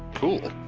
cool.